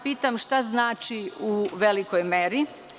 Pitam – šta znači „u velikoj meri“